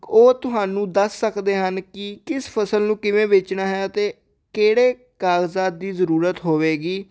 ਉਹ ਤੁਹਾਨੂੰ ਦੱਸ ਸਕਦੇ ਹਨ ਕਿ ਕਿਸ ਫਸਲ ਨੂੰ ਕਿਵੇਂ ਵੇਚਣਾ ਹੈ ਅਤੇ ਕਿਹੜੇ ਕਾਗਜ਼ਾਂ ਦੀ ਜ਼ਰੂਰਤ ਹੋਵੇਗੀ